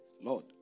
Lord